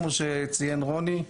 כמו שרוני ציין,